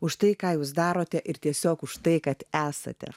už tai ką jūs darote ir tiesiog už tai kad esate